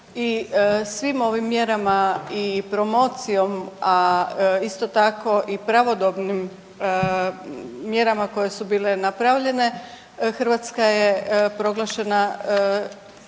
svim ovim mjerama i promocijom, a isto tako i pravodobnim mjerama koje su bile napravljene Hrvatska je proglašena